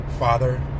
Father